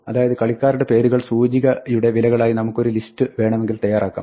അതായത് കളിക്കാരുടെ പേരുകൾ സൂചികയുടെ വിലകളാക്കി നമുക്കൊരു ലിസ്റ്റ് വേണമെങ്കിൽ തയ്യാറാക്കാം